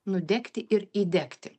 nudegti ir įdegti